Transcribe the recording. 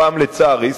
הפעם לצערי,